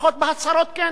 לפחות בהצהרות כן.